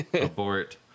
Abort